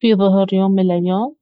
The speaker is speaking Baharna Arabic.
في ظهر يوم من الأيام